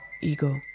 ego